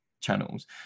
channels